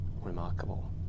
remarkable